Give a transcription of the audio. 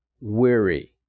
weary